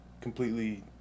completely